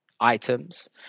items